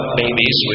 babies